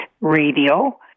radio